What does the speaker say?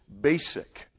basic